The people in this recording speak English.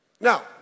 Now